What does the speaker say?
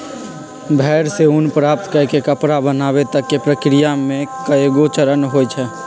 भेड़ से ऊन प्राप्त कऽ के कपड़ा बनाबे तक के प्रक्रिया में कएगो चरण होइ छइ